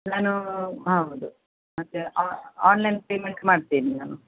ನಾನು ಹೌದು ಮತ್ತೆ ಆನ್ಲೈನ್ ಪೇಮೆಂಟ್ ಮಾಡ್ತೇನೆ ನಾನು